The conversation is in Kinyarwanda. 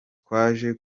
twaje